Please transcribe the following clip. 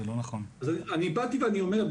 אני באתי ואני אומר,